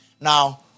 Now